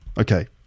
Okay